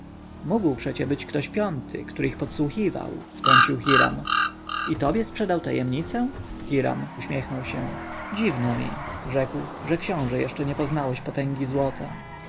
mógł przecie być ktoś piąty który ich podsłuchiwał wtrącił hiram i tobie sprzedał tajemnicę dziwno mi rzekł że książę jeszcze nie poznałeś potęgi złota